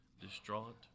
distraught